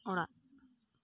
ᱚᱲᱟᱜ